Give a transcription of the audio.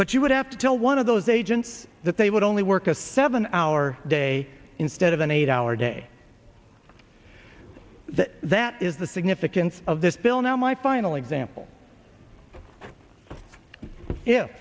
but you would have to tell one of those agents that they would only work a seven hour day instead of an eight hour day that that is the significance of this bill now my final example